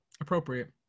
Appropriate